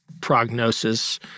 prognosis